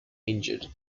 injured